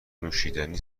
نوشیدنی